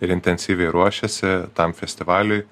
ir intensyviai ruošiasi tam festivaliui